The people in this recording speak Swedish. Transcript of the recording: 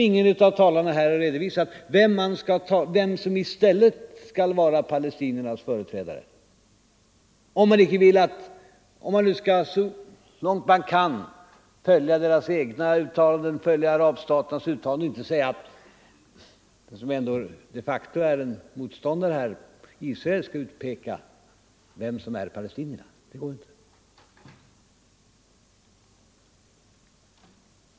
Ingen av talarna här har redovisat vem som i stället skall vara palestiniernas företrädare, om man nu så långt man kan skall följa arabstaternas uttalanden och inte säga att Israel, som ändå de facto är motståndare, skall utpeka vem som skall företräda palestinierna.